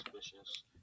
suspicious